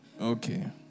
Okay